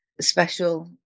special